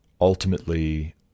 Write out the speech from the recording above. ultimately